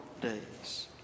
days